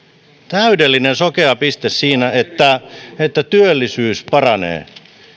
täydellinen sokea piste siinä että että työllisyys paranee